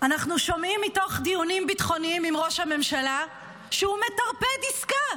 אנחנו שומעים מתוך דיונים ביטחוניים עם ראש הממשלה שהוא מטרפד עסקה.